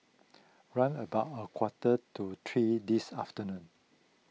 round about a quarter to three this afternoon